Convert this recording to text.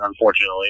Unfortunately